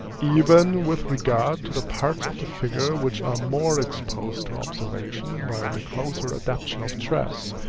even with regard to the parts of the figure which are more exposed to observation by the closer adaptation of dress,